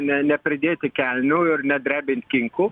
ne nepridėti kelnių ir nedrebint kinkų